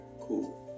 cool